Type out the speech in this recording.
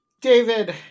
David